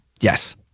Yes